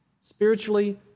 Spiritually